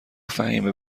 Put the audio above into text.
فهیمه